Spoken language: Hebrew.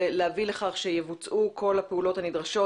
אנחנו נבקש להביא לכך שיבוצעו כל הפעולות הנדרשות,